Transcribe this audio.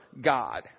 God